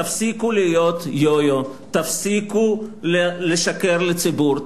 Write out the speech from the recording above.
תפסיקו להיות יו-יו, תפסיקו לשקר לציבור.